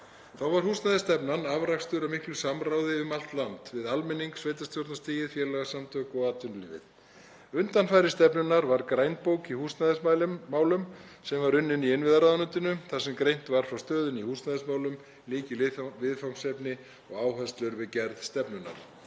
Þá var húsnæðisstefnan afrakstur af miklu samráði um allt land, við almenning, sveitarstjórnarstigið, félagasamtök og atvinnulífið. Undanfari stefnunnar var grænbók í húsnæðismálum sem var unnin í innviðaráðuneytinu þar sem greint var frá stöðunni í húsnæðismálum, lykilviðfangsefnum og áherslum við gerð stefnunnar.